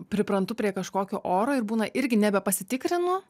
priprantu prie kažkokio oro ir būna irgi nebepasitikrinu